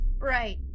Right